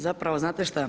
Zapravo znate šta?